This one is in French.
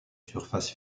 surface